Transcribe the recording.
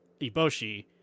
Iboshi